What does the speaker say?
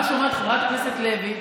מה שאומרת חברת הכנסת לוי,